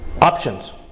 options